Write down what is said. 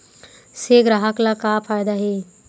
से ग्राहक ला का फ़ायदा हे?